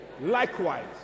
likewise